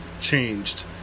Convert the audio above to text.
changed